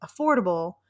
affordable